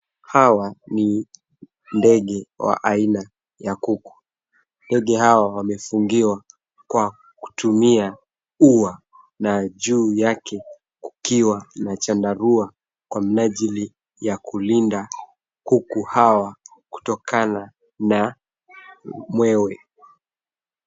Hawa ni ndege wa aina ya kuku. Ndege hawa wamefungiwa kwa kutumia ua, na juu yake kukiwa na chandarua kwa minajili ya kulinda kuku hawa kutokana na mwewe.